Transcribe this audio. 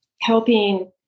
helping